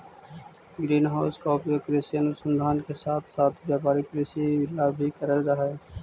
green house का उपयोग कृषि अनुसंधान के साथ साथ व्यापारिक कृषि ला भी करल जा हई